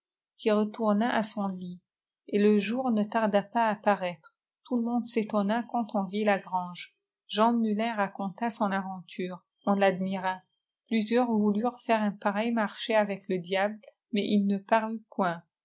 qui retourna à son lit et le jour ne tardapas à paraître tout le monde s'étonna quand on vit la grange jean muuin raconta son aventure on tadmira plusieurs voulurent faire un pareil marché avec le diable mais il ne parut point